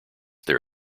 their